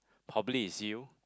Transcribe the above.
probably is you